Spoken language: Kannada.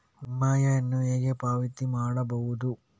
ವಿಮೆಯನ್ನು ಹೇಗೆ ಪಾವತಿ ಮಾಡಬಹುದು?